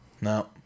No